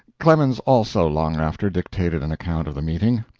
clemens also, long after, dictated an account of the meeting.